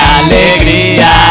alegría